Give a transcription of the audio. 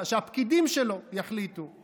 שרק שר האוצר, שהפקידים שלו יחליטו.